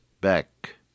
back